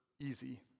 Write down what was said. easy